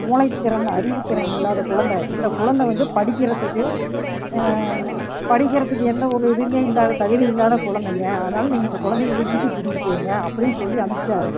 மூளைத்திறன் அறிவுத்திறன் இல்லாத குழந்தை இந்த குழந்தை வந்து படிக்கிறதுக்கு படிக்கிறதுக்கு எந்த ஒரு இதுவுமே இல்லாத தகுதி இல்லாத குழந்தைங்க அதனால நீங்கள் இந்த குழந்தையை இங்க இருந்து வீட்டுக்கு கூட்டிக்கிட்டு போயிருங்க அப்படினு சொல்லி அனுப்பிச்சி விட்டாரு